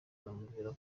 anamubwira